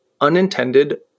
unintended